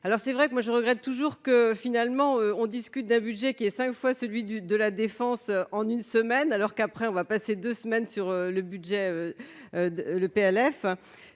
alors c'est vrai que moi je regrette toujours que finalement on discute d'un budget qui est 5 fois celui du de la défense en une semaine alors qu'après on va passer 2 semaines sur le budget, le PLF